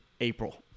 april